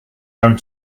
own